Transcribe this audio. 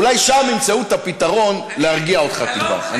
אולי שם ימצאו את הפתרון להרגיע אותך טיפה.